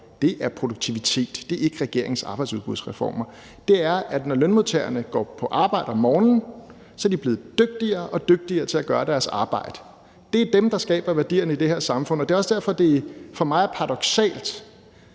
år, er produktivitet. Det er ikke regeringens arbejdsudbudsreformer. Det er, at når lønmodtagerne går på arbejde om morgenen, er de blevet dygtigere og dygtigere til at gøre deres arbejde. Det er dem, der skaber værdierne i det her samfund, og det er også derfor, det for mig er paradoksalt,